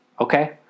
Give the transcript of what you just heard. okay